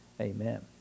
Amen